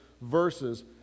verses